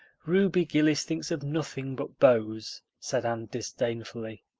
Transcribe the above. ruby gillis thinks of nothing but beaus, said anne disdainfully.